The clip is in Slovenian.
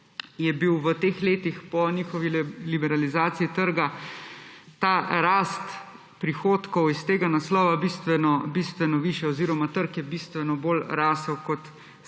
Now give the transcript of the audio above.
je bila v teh letih po njihovi liberalizaciji trga rast prihodkov iz tega naslova bistveno bistveno višja oziroma je trg bistveno bolj rasel, kot